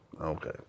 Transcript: Okay